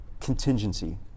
contingency